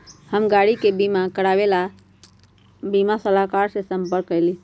हम गाड़ी के बीमा करवावे ला बीमा सलाहकर से संपर्क कइली